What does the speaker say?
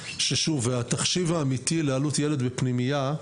התחשיב האמיתי לעלות ילד בפנימייה,